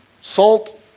Salt